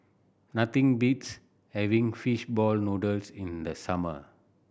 nothing beats having fish ball noodles in the summer